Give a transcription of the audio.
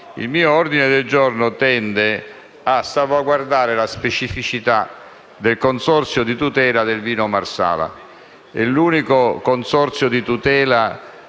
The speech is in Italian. Il mio ordine del giorno tende a salvaguardare la specificità del consorzio di tutela del vino Marsala. Si tratta dell'unico consorzio di tutela